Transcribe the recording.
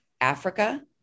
Africa